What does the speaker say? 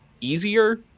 easier